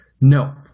No